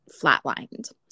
flatlined